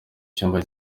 cyumba